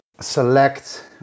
Select